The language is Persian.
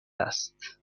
است